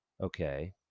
okay